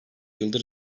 yıldır